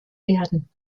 werden